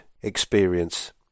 experience